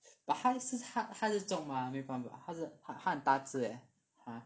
but 他是他是重吗没有办法他很大只 leh !huh!